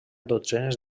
dotzenes